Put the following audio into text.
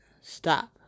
stop